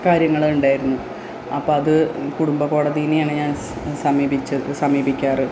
കാര്യങ്ങള് ഉണ്ടായിരുന്നു അപ്പോള് അത് കുടുംബ കോടതിനെയാണ് ഞാൻ സമീപിച്ചത് സമീപിക്കാറ്